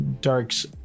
darks